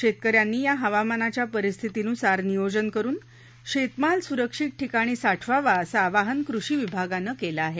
शेतकऱ्यांनी या हवामानाच्या परिस्थितीनुसार नियोजन करून शेतमाल सुरक्षित ठिकाणी साठवावा असं आवाहन कृषी विभागानं केलं आहे